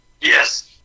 Yes